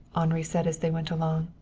henri said as they went along.